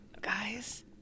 guys